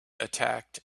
attacked